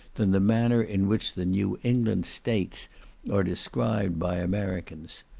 than the manner in which the new england states are described by americans.